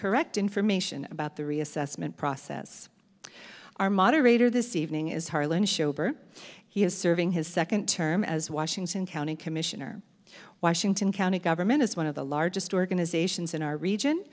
correct information about the reassessment process our moderator this evening is harlan schober he is serving his second term as washington county commissioner washington county government is one of the largest organizations in our region